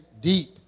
deep